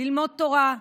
ללמוד תורה,